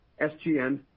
SGN